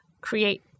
create